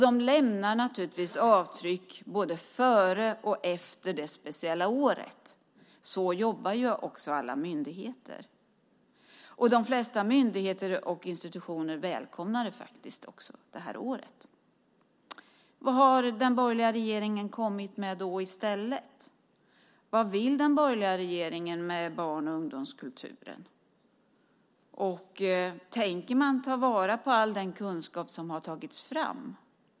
De lämnar naturligtvis avtryck både före och efter det speciella året. Så jobbar alla myndigheter. De flesta myndigheter och institutioner välkomnade också det här året. Vad har den borgerliga regeringen då kommit med i stället? Vad vill den borgerliga regeringen med barn och ungdomskulturen? Tänker man ta vara på all den kunskap som har tagits fram?